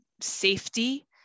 safety